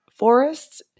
forests